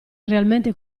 realmente